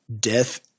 death